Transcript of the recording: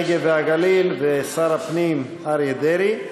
הנגב והגליל ושר הפנים אריה דרעי.